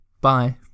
Bye